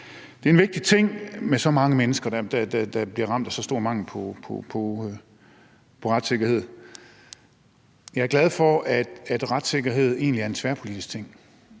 det er en vigtig ting med så mange mennesker, der bliver ramt af så stor en mangel på retssikkerhed. Jeg er glad for, at retssikkerhed egentlig er en tværpolitisk ting,